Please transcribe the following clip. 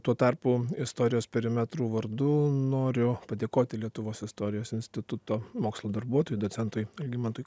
tuo tarpu istorijos perimetrų vardu noriu padėkoti lietuvos istorijos instituto mokslo darbuotojui docentui algimantui